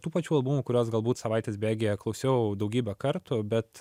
tų pačių albumų kuriuos galbūt savaitės bėgyje klausiau daugybę kartų bet